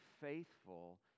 faithful